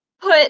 put